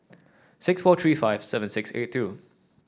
six four three five seven six eight two